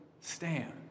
stand